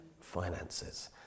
finances